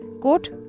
Quote